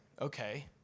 okay